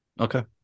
Okay